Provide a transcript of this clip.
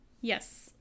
Yes